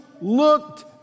looked